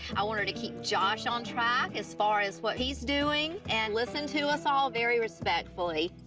i want her to keep josh on track as far as what he's doing, and listen to us all very respectfully.